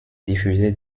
diffusée